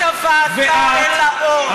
ואפשרו את הבאתה אל האור.